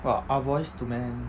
!wah! ah boys to men